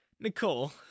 Nicole